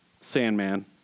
Sandman